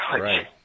Right